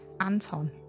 Anton